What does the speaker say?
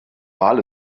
wal